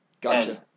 Gotcha